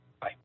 Bye